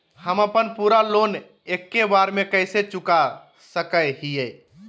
हम अपन पूरा लोन एके बार में कैसे चुका सकई हियई?